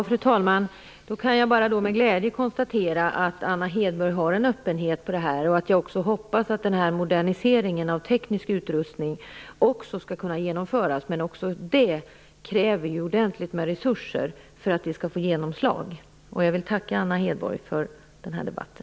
Fru talman! Jag kan då bara med glädje konstatera att Anna Hedborg visar en öppenhet i dessa frågor. Jag hoppas också att moderniseringen av den tekniska utrustningen skall kunna genomföras. Men även för att detta skall få genomslag krävs det ordentligt med resurser. Jag vill tacka Anna Hedborg för den här debatten.